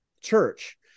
Church